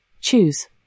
Choose